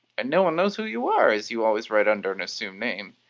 and no one knows who you are, as you always write under an assumed name.